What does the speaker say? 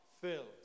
filled